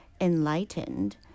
enlightened